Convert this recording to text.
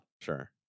Sure